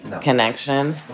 connection